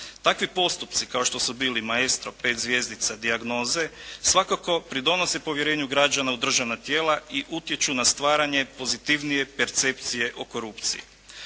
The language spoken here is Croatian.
Takvi postupci kao što su bili Maestro, 5 zvjezdica, dijagnoze, svakako pridonose povjerenju građana u državna tijela i utječu na stvaranje pozitivnije percepcije o korupciji.